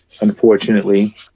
unfortunately